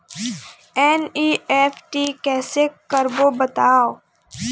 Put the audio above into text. NEFT कैसे करबो बताव?